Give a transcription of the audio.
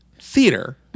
theater